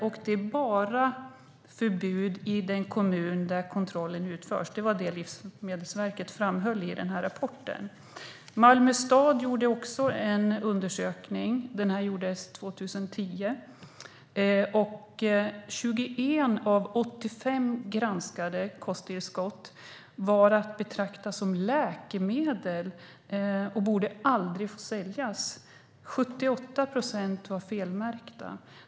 Och det blir bara förbud i den kommun där kontrollen utförs. Det var det som Livsmedelsverket framhöll i den här rapporten. Malmö stad gjorde också en undersökning. Den gjordes 2010. 21 av 85 granskade kosttillskott var att betrakta som läkemedel och borde aldrig få säljas. 78 procent var felmärkta.